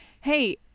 hey